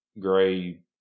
gray